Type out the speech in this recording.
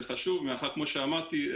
זה חשוב מאחר וכמו שאמרתי,